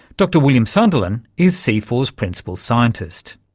dr william sunderlin is cifor's principal scientist.